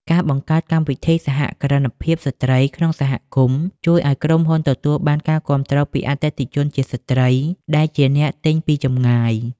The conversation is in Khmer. ការបង្កើតកម្មវិធីសហគ្រិនភាពស្ត្រីក្នុងសហគមន៍ ជួយឱ្យក្រុមហ៊ុនទទួលបានការគាំទ្រពីអតិថិជនជាស្ត្រីដែលជាអ្នកទិញពីចម្ងាយ។